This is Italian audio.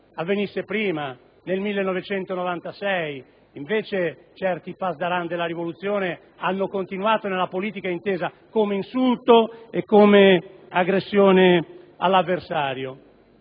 realizzasse prima, nel 1996, invece alcuni *pasdaran* della rivoluzione hanno continuato nella politica intesa come insulto e come aggressione. Il nuovo